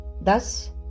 Thus